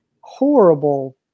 horrible